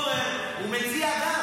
לא, חבר הכנסת פורר הוא מציע גם.